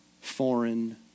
foreign